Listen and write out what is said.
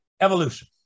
Evolution